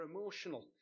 emotional